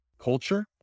culture